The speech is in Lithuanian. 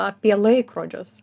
apie laikrodžius